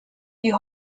die